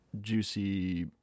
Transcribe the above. juicy